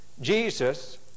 Jesus